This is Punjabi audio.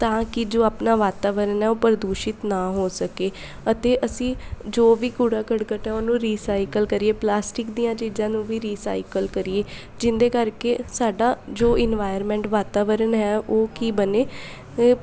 ਤਾਂ ਕਿ ਜੋ ਆਪਣਾ ਵਾਤਾਵਰਨ ਹੈ ਉਹ ਪ੍ਰਦੂਸ਼ਿਤ ਨਾ ਹੋ ਸਕੇ ਅਤੇ ਅਸੀਂ ਜੋ ਵੀ ਕੂੜਾ ਕਰਕਟ ਹੈ ਉਹਨੂੰ ਰੀਸਾਈਕਲ ਕਰੀਏ ਪਲਾਸਟਿਕ ਦੀਆਂ ਚੀਜ਼ਾਂ ਨੂੰ ਵੀ ਰੀਸਾਈਕਲ ਕਰੀਏ ਜਿਹਦੇ ਕਰਕੇ ਸਾਡਾ ਜੋ ਇਨਵਾਇਰਮੈਂਟ ਵਾਤਾਵਰਨ ਹੈ ਉਹ ਕੀ ਬਣੇ ਇਹ